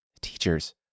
teachers